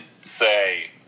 say